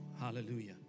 Hallelujah